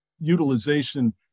utilization